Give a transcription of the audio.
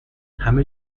همه